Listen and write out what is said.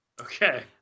Okay